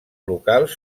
locals